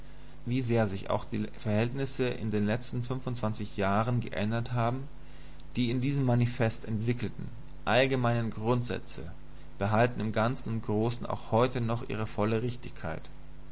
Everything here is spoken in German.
wie sehr sich auch die verhältnisse in den letzten fündundzwanzig jahren geändert haben die in diesem manifest entwickelten allgemeinen grundsätze behalten im ganzen und großen auch heute noch ihre volle richtigkeit